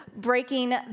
breaking